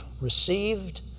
received